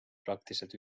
praktiliselt